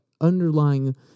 underlying